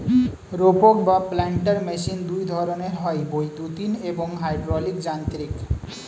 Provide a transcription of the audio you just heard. রোপক বা planter machine দুই ধরনের হয়, বৈদ্যুতিন এবং হাইড্রলিক যান্ত্রিক